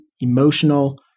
emotional